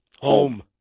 Home